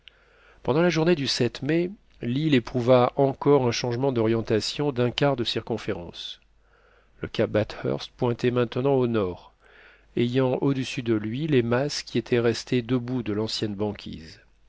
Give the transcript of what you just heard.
pendant la journée du mai l'île éprouva encore un changement d'orientation d'un quart de circonférence le cap bathurst pointait maintenant au nord ayant au-dessus de lui les masses qui étaient restées debout de l'ancienne banquise